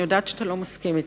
אני יודעת שאתה לא מסכים אתי,